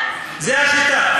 זו השיטה.